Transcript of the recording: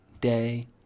day